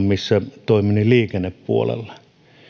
missä toimin liikennepuolella